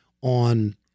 on